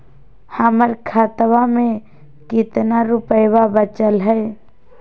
हमर खतवा मे कितना रूपयवा बचल हई?